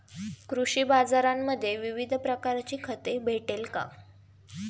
कृषी बाजारांमध्ये विविध प्रकारची खते भेटेल का?